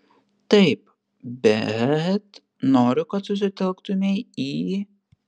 taip bet noriu kad susitelktumei į